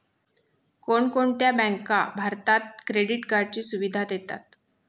कोणकोणत्या बँका भारतात क्रेडिट कार्डची सुविधा देतात?